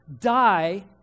die